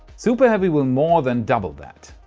super heavy will more than double that.